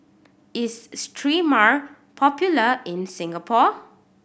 is Sterimar popular in Singapore